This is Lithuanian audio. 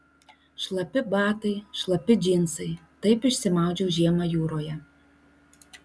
šlapi batai šlapi džinsai taip išsimaudžiau žiemą jūroje